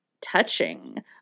touching